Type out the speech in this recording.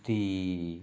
ਦੀ